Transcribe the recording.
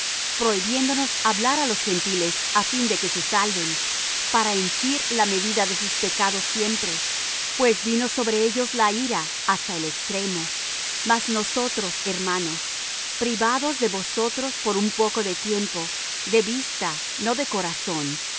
hombres prohibiéndonos hablar á los gentiles á fin de que se salven para henchir la medida de sus pecados siempre pues vino sobre ellos la ira hasta el extremo mas nosotros hermanos privados de vosotros por un poco de tiempo de vista no de corazón